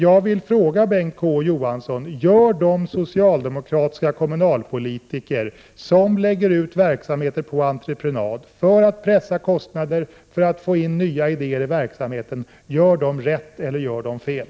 Jag vill fråga Bengt K Å Johansson: Gör de socialdemokratiska kommunalpolitiker som lägger ut verksamhet på entreprenad för att pressa kostnader, för att få in nya idéer i verksamheten, rätt eller fel?